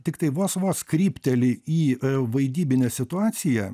tiktai vos vos krypteli į vaidybinę situaciją